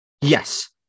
Yes